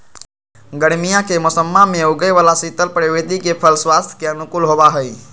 गर्मीया के मौसम्मा में उगे वाला शीतल प्रवृत्ति के फल स्वास्थ्य के अनुकूल होबा हई